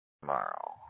tomorrow